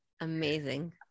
Amazing